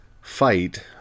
fight